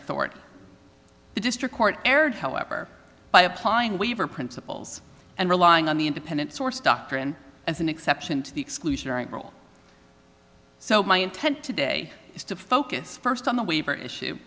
authority the district court erred however by applying waiver principles and relying on the independent source doctrine as an exception to the exclusion aren't real so my intent today is to focus first on the waiver issue